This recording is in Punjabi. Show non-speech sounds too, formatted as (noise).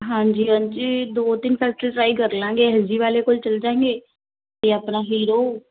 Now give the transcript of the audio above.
ਹਾਂਜੀ ਹਾਂਜੀ ਦੋ ਤਿੰਨ ਫੈਕਟਰੀ ਟਰਾਈ ਕਰ ਲਾਂਗੇ (unintelligible) ਵਾਲੇ ਕੋਲ ਚਲ ਜਾਂਗੇ ਇਹ ਆਪਣਾ ਹੀਰੋ